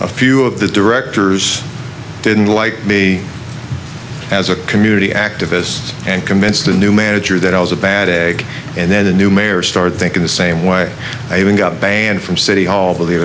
a few of the directors didn't like me as a community activist and convinced a new manager that i was a bad egg and then a new mayor started thinking the same way i even got banned from city hall believe